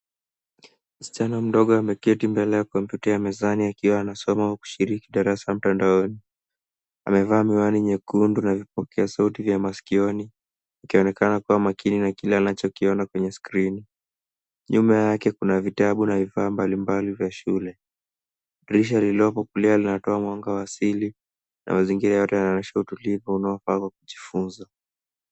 Msichana mdogo ameketi mbele ya komputa ya mezani akiwa anasoma au kushiriki darasa mtandaoni. Amevaa miwani nyekundu na vipokea sauti vya masikioni, akionekana kuwa makini na kile anachokiona kwenye skrini. Nyuma yake kuna vitabu na vifaa mbalimbali vya shule. Dirisha lililopo kulia linatoa mwanga wa asili na mazingira yote yanaonyesha utulivu unaofaa kwa kujifunza.